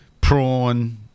prawn